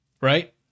Right